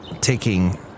taking